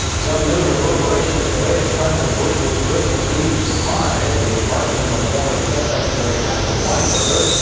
some new reverberations today to president bush's christmas eve surprise the pardoning of former defense secretary casper weinberger.